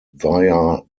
via